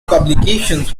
publications